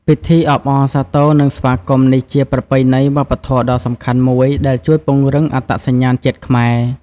ពិធីអបអរសាទរ និងស្វាគមន៍នេះជាប្រពៃណីវប្បធម៌ដ៏សំខាន់មួយ ដែលជួយពង្រឹងអត្តសញ្ញាណជាតិខ្មែរ។